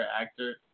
actor